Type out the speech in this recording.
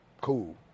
cool